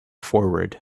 forward